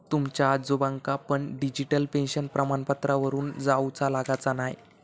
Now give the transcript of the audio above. तुमच्या आजोबांका पण डिजिटल पेन्शन प्रमाणपत्रावरून जाउचा लागाचा न्हाय